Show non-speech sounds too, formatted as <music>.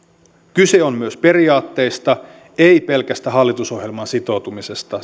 kyse on myös periaatteista ei pelkästä hallitusohjelmaan sitoutumisesta <unintelligible>